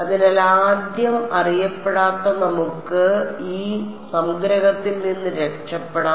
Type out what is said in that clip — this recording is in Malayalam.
അതിനാൽ ആദ്യം അറിയപ്പെടാത്ത നമുക്ക് ഈ സംഗ്രഹത്തിൽ നിന്ന് രക്ഷപ്പെടാം